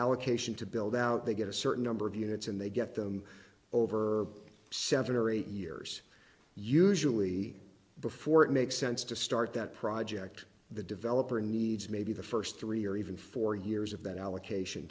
allocation to build out they get a certain number of units and they get them over seven or eight years usually before it makes sense to start that project the developer needs maybe the first three or even four years of that allocation